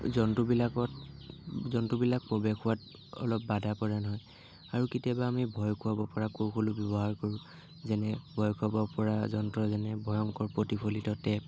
জন্তুবিলাকত জন্তুবিলাক অলপ বাধা প্ৰদান হয় আৰু কেতিয়াবা আমি ভয় খুৱাব পৰা কৌশলো ব্যৱহাৰ কৰিব পাৰোঁ যেনে ভয় খুৱাব পৰা যন্ত্ৰ যেনে ভয়ংকৰ প্ৰতিফলিত টেপ